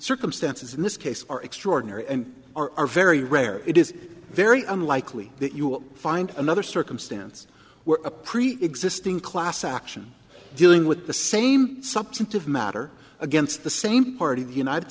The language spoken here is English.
circumstances in this case are extraordinary and are very rare it is very unlikely that you will find another circumstance where a preexisting class action dealing with the same substantive matter against the same party the united